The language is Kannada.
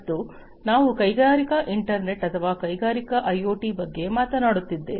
ಮತ್ತು ನಾವು ಕೈಗಾರಿಕಾ ಇಂಟರ್ನೆಟ್ ಅಥವಾ ಕೈಗಾರಿಕಾ ಐಒಟಿ ಬಗ್ಗೆ ಮಾತನಾಡುತ್ತಿದ್ದೇವೆ